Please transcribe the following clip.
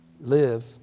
live